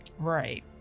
Right